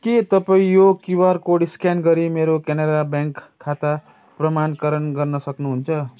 के तपाईँ यो क्युआर कोड स्क्यान गरि मेरो क्यानारा ब्याङ्क खाता प्रमाणकरण गर्न सक्नुहुन्छ